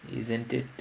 isn't it